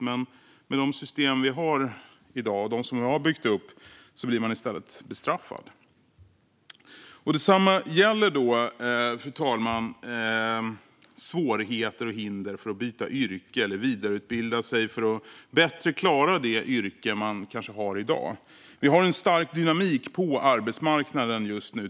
Men med de system vi har byggt upp och har i dag blir man i stället bestraffad. Fru talman! Detsamma gäller svårigheter och hinder för att byta yrke eller att vidareutbilda sig för att bättre klara det yrke man har i dag. Vi har en stark dynamik på arbetsmarknaden just nu.